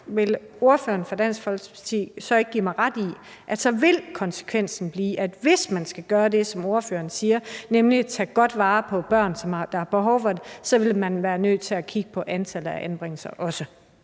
vil ordføreren for Dansk Folkeparti så ikke give mig ret i, at så vil konsekvensen blive, at hvis man skal gøre det, som ordføreren siger, nemlig at tage godt vare på børn, der har behov for det, så vil man også være nødt til at kigge på antallet af anbringelser? Kl.